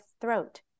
throat